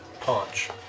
Punch